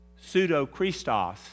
pseudo-Christos